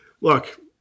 Look